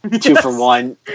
two-for-one